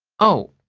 oh,